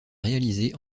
réalisé